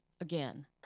again